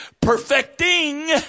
perfecting